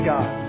God